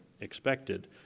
expected